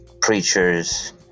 preachers